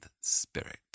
Spirit